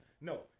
No